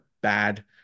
bad